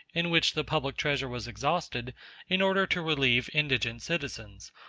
in which the public treasure was exhausted in order to relieve indigent citizens,